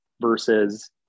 versus